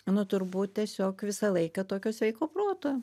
nu turbūt tiesiog visą laiką tokio sveiko proto